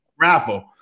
raffle